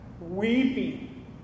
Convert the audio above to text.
weeping